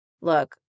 look